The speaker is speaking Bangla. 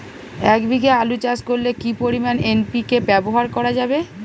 এক বিঘে আলু চাষ করলে কি পরিমাণ এন.পি.কে ব্যবহার করা যাবে?